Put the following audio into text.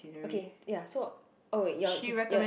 okay ya so oh ya